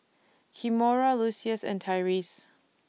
Kimora Lucius and Tyreese